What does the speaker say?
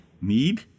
need